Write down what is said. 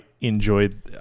enjoyed